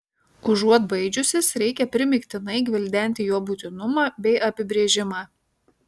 užuot baidžiusis reikia primygtinai gvildenti jo būtinumą bei apibrėžimą